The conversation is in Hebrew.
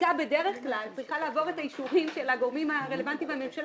חקיקה בדרך כלל צריכה לעבור את האישורים של הגורמים הרלוונטיים בממשלה.